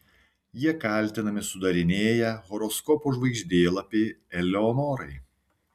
jie kaltinami sudarinėję horoskopo žvaigždėlapį eleonorai